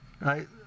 Right